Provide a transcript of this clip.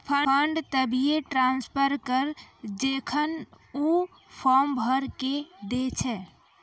fund तभिये transfer करऽ जेखन ऊ फॉर्म भरऽ के दै छै